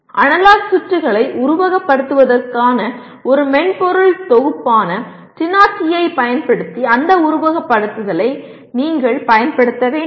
analogue சுற்றுகளை உருவகப்படுத்துவதற்கான ஒரு மென்பொருள் தொகுப்பான TINA TI ஐப் பயன்படுத்தி அந்த உருவகப்படுத்துதலை நீங்கள் பயன்படுத்த வேண்டும்